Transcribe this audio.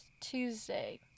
Tuesday